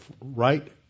right